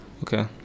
okay